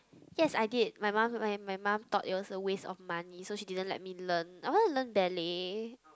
yes I did my mum my my mum thought it's a waste of money so she didn't let me learn I want to learn ballet